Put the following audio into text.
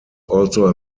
also